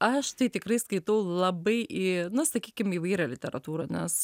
aš tai tikrai skaitau labai į na sakykime įvairią literatūrą nes